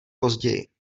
později